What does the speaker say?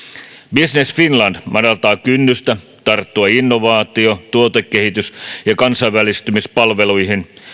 business finland madaltaa kynnystä tarttua innovaatio tuotekehitys ja kansainvälistymispalveluihin